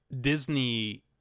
Disney